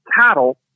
cattle